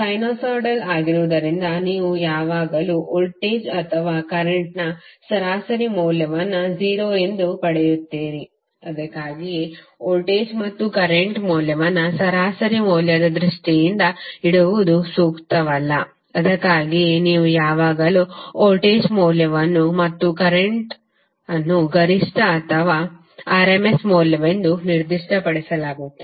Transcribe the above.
sinusoidal ಆಗಿರುವುದರಿಂದ ನೀವು ಯಾವಾಗಲೂ ವೋಲ್ಟೇಜ್ ಅಥವಾ ಕರೆಂಟ್ ನ ಸರಾಸರಿ ಮೌಲ್ಯವನ್ನು 0 ಎಂದು ಪಡೆಯುತ್ತೀರಿ ಅದಕ್ಕಾಗಿಯೇ ವೋಲ್ಟೇಜ್ ಮತ್ತು ಕರೆಂಟ್ ಮೌಲ್ಯವನ್ನು ಸರಾಸರಿ ಮೌಲ್ಯದ ದೃಷ್ಟಿಯಿಂದ ಇಡುವುದು ಸೂಕ್ತವಲ್ಲ ಅದಕ್ಕಾಗಿಯೇ ನೀವು ಯಾವಾಗಲೂ ವೋಲ್ಟೇಜ್ ಮೌಲ್ಯವನ್ನು ಮತ್ತು ಕರೆಂಟ್ ವನ್ನು ಗರಿಷ್ಠ ಅಥವಾ rms ಮೌಲ್ಯವೆಂದು ನಿರ್ದಿಷ್ಟಪಡಿಸಲಾಗುತ್ತದೆ